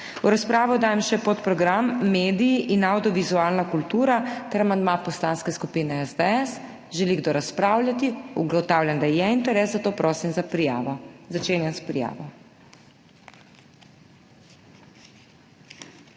V razpravo dajem še podprogram Medij in avdiovizualna kultura ter amandma Poslanske skupine SDS. Želi kdo razpravljati? Ugotavljam, da je interes, zato prosim za prijavo. Začenjam s prijavo.